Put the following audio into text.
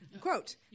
Quote